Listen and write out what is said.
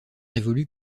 évolue